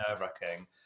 nerve-wracking